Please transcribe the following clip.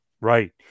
right